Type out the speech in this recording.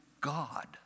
God